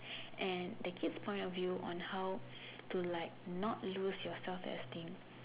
and the kids point of view on how to like not lose your self esteem